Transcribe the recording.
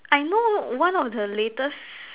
I know one of the latest